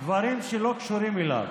דברים שלא קשורים אליו.